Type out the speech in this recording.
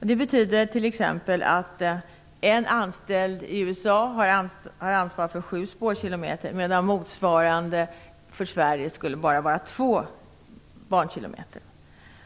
Det betyder att en anställd i USA har ansvar för 7 bankilometer, medan motsvarande för Sverige bara skulle vara 2